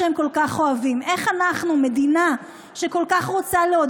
איך אני יכולה להסביר לכם ולתאר